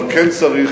אבל כן צריך,